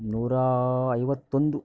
ನೂರ ಐವತ್ತೊಂದು